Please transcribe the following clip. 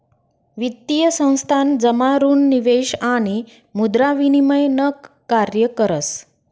वित्तीय संस्थान जमा ऋण निवेश आणि मुद्रा विनिमय न कार्य करस